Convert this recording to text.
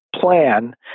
plan